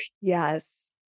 Yes